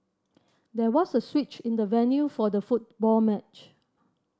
there was a switch in the venue for the football match